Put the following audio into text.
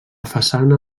façana